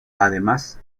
además